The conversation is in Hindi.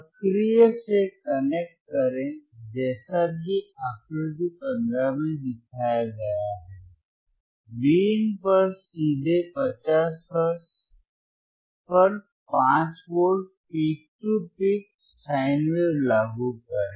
सर्किट से कनेक्ट करें जैसा कि आकृति 15 में दिखाया गया है Vin पर सीधे 50 हर्ट्ज पर 5 volt peak to peak sine wave लागू करें